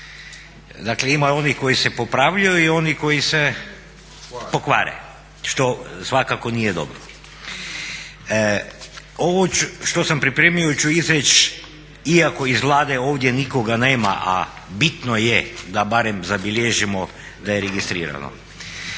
Dakle, ima onih koji se popravljaju i onih koji se pokvare što svakako nije dobro. Ovo što sam pripremio ću izreći iako iz Vlade ovdje nikoga nema, a bitno je da barem zabilježimo da je registrirano.